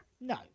no